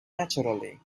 naturally